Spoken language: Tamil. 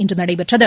இன்று நடைபெற்றது